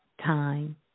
time